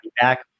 back